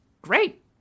great